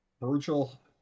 Virgil